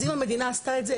אז אם המדינה עשתה את זה,